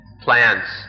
plants